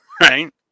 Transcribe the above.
right